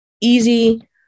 easy